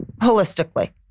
holistically